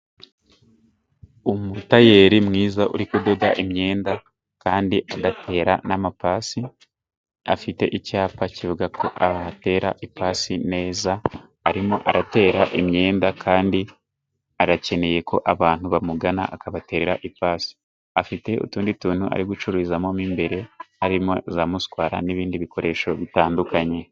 Umutayeri mwiza uri kudoda imyenda kandi agatera n'amapasi, afite icyapa kivugako aha batera ipasi neza, arimo aratera imyenda kandi akeneyeko abantu bamugana akabaterera ipasi ,afite utundi tuntu ari gucururizamo mo imbere harimo za muswara n'ibindi bikoresho bitandukanye.